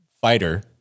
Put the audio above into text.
fighter